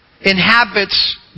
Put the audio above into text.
inhabits